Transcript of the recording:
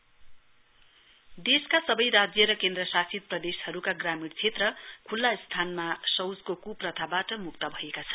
RS O D F देशका सबै राज्य र केन्द्र शासित प्रदेशहरूको ग्रामीण क्षेत्र खुल्ला स्थानमा शौचको कुप्रथाबाट मुक्त भएका छन्